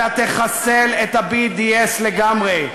אלא תחסל את ה-BDS לגמרי.